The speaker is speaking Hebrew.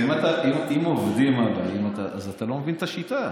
אם עובדים עליי, אז אתה לא מבין את השיטה,